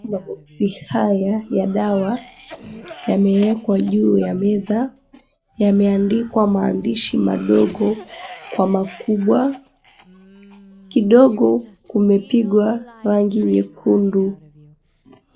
Maboksi haya ya dawa yamewekwa juu ya meza, yameandikwa maandishi madogo kwa makubwa kidogo kumepigwa rangi nyekundu.